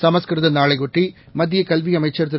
சமஸ்கிருதநாளையொட்டி மத்தியகல்விஅமைச்சர்திரு